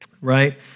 right